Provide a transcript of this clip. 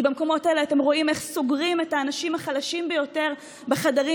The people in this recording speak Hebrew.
כי במקומות האלה אתם רואים איך סוגרים את האנשים החלשים ביותר בחדרים